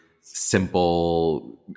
simple